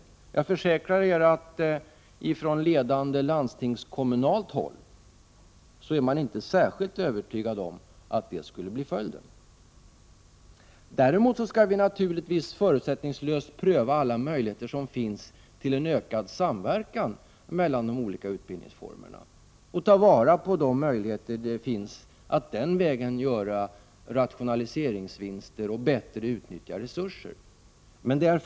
Jag kan försäkra er att man från landstingskommunalt håll inte är särskilt övertygad om att följden skulle bli den. Däremot skall naturligtvis alla möjligheter som finns till en ökad samverkan mellan de olika utbildningsformerna prövas förutsättningslöst och de möjligheter som finns att den vägen göra rationaliseringsvinster och bättre utnyttja resurser tas tillvara.